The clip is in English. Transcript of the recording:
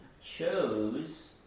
chose